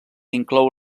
inclou